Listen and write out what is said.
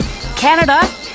Canada